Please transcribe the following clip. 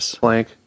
blank